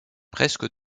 presque